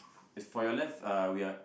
for your left uh we are